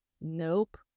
Nope